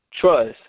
trust